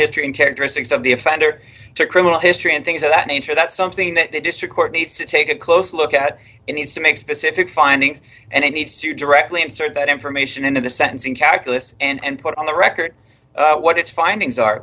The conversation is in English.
history and characteristics of the offender to criminal history and things of that nature that's something that the district court needs to take a close look at it needs to make specific findings and it needs to directly answer that information into the sentencing calculus and put on the record what its findings are